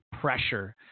pressure